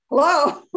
hello